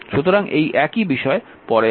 সুতরাং এই একই বিষয় পরে আছে